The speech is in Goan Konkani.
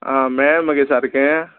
आं मेळ्ळें मगे सारकें